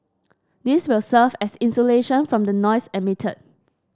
this will serve as insulation from the noise emitted